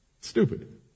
Stupid